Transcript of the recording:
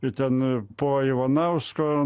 ir ten po ivanausko